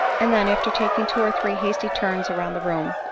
and then, after taking two or three hasty turns round the room,